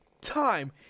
time